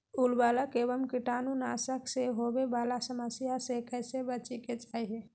उर्वरक एवं कीटाणु नाशक से होवे वाला समस्या से कैसै बची के चाहि?